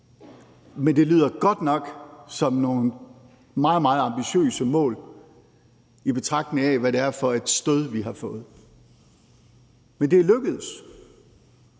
men det lyder godt nok som nogle meget, meget ambitiøse mål, i betragtning af hvad det er for et stød, vi har fået. Kl. 13:33 Men det er lykkedes